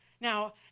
Now